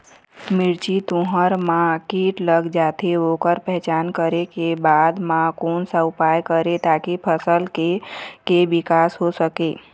मिर्ची, तुंहर मा कीट लग जाथे ओकर पहचान करें के बाद मा कोन सा उपाय करें ताकि फसल के के विकास हो?